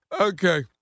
Okay